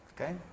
Okay